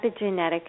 epigenetic